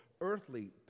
earthly